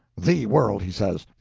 the world! he says.